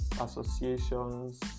associations